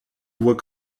voit